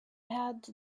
had